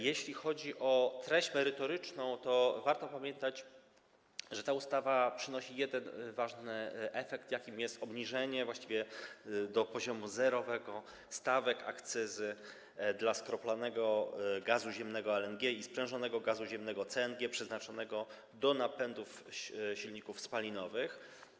Jeśli chodzi o treść merytoryczną, to warto pamiętać, że ta ustawa przynosi jeden ważny efekt, jakim jest obniżenie właściwie do poziomu zerowego stawek akcyzy dla skroplonego gazu ziemnego LNG i sprzężonego gazu ziemnego CNG przeznaczonego do napędu silników spalinowych.